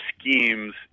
schemes